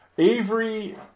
Avery